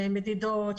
למדידות,